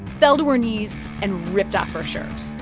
fell to her knees and ripped off her shirt